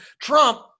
Trump